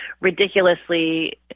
ridiculously